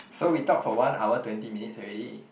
so we talk for one hour twenty minutes already